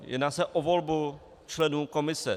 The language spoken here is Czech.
Jedná se o volbu členů komise.